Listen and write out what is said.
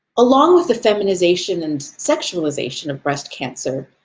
along with the feminization and sexualization of breast cancer,